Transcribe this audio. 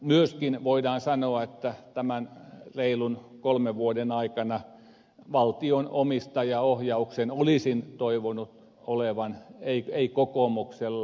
myöskin voidaan sanoa että tämän reilun kolmen vuoden aikana valtion omistajaohjauksen en olisi toivonut olevan kokoomuksella